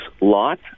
lot